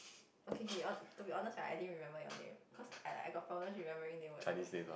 okay K or to be honest I didn't remember your name cause I I got problem remembering name also